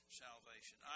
salvation